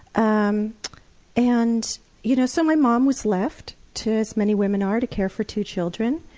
um and you know so my mom was left to, as many women are, to care for two children.